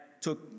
took